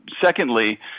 secondly